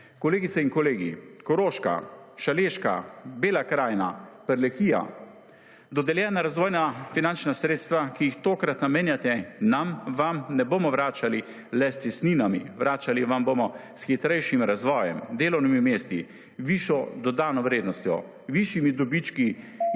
Kolegice in kolegi! Koroška, Šaleška, Bela Krajina, Prlekija, dodeljena razvoja finančna sredstva, ki jih tokrat namenjate nam, vam, ne bomo vračali le s cestninami, vračali vam bomo s hitrejšim razvojem, delovnimi mesti, višjo dodano vrednostjo, višjimi dobički